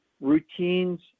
routines